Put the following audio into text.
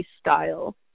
style